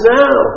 now